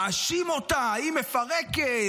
מאשים אותה: היא מפרקת,